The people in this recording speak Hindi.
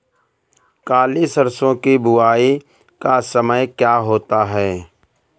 काली सरसो की बुवाई का समय क्या होता है?